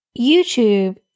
YouTube